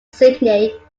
sydney